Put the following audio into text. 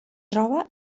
troba